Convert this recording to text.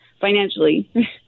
financially